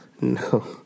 No